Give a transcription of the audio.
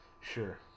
Sure